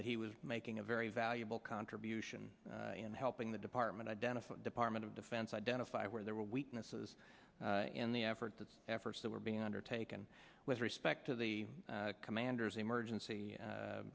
that he was making a very valuable contribution in helping the department identify department of defense identify where there were weaknesses in the effort the efforts that were being undertaken with respect to the commander's emergency